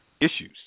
issues